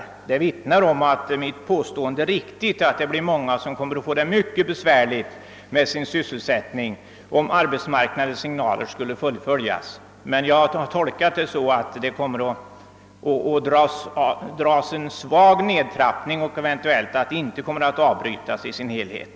Detta vittnar om att mitt påstående är riktigt, att många kommer att få det mycket besvärligt med sin sysselsättning, om arbetsmarknadsstyrelsens signaler skulle fullföljas. Jag har emellertid tolkat svaret så, att det kommer att göras en svag nedtrappning och att verksamheten eventuellt inte kommer att avbrytas i sin helhet.